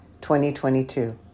2022